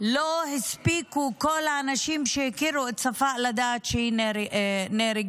לא הספיקו כל האנשים שהכירו את ספאא לדעת שהיא נהרגה.